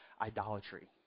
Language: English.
idolatry